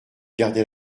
gardez